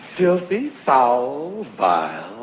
filthy, foul, vile,